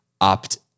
opt